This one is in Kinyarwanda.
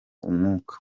umwuka